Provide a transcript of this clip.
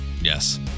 Yes